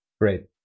Great